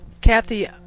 Kathy